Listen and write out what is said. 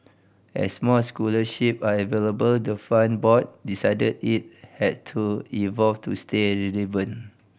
as more scholarships are available the fund board decided it had to evolve to stay relevant